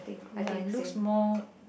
ya it looks more